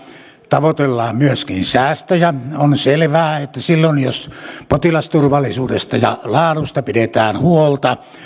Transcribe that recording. tavoitellaan myöskin säästöjä on selvää että silloin jos potilasturvallisuudesta ja laadusta pidetään huolta